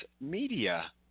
Media